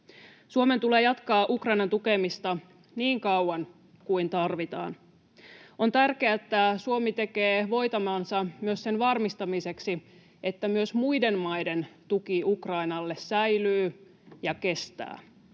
Suomen tulee jatkaa Ukrainan tukemista niin kauan kuin tarvitaan. On tärkeää, että Suomi tekee voitavansa myös sen varmistamiseksi, että myös muiden maiden tuki Ukrainalle säilyy ja kestää.